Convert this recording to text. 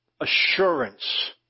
assurance